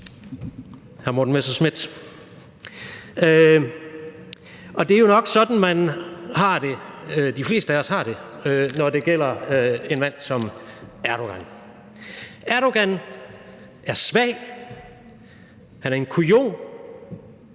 Og det er jo nok sådan, de fleste af os har det, når det gælder en mand som Erdogan. Erdogan er svag. Han er en kujon.